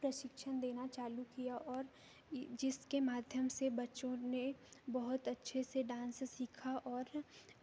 प्रशिक्षण देना चालू किया और जिसके माध्यम से बच्चों ने बहुत अच्छे से डांस सीखा और